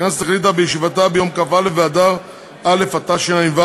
הכנסת החליטה בישיבתה ביום כ"א באדר א' התשע"ו,